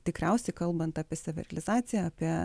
tikriausiai kalbant apie savirealizaciją apie